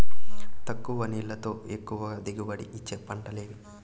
తక్కువ నీళ్లతో ఎక్కువగా దిగుబడి ఇచ్చే పంటలు ఏవి?